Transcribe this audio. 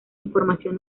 información